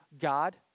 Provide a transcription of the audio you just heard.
God